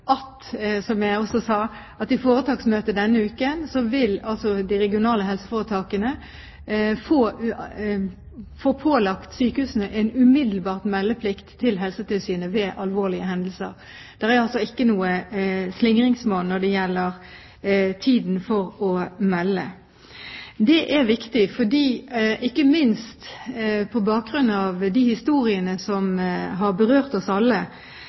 Som jeg også sa, vil de regionale helseforetakene, sykehusene, i foretaksmøtet denne uken bli pålagt en umiddelbar meldeplikt til Helsetilsynet ved alvorlige hendelser. Det er altså ikke noe slingringsmonn når det gjelder tiden for å melde. Det er viktig, ikke minst på bakgrunn av de historiene som har berørt oss alle.